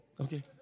Okay